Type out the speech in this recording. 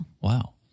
Wow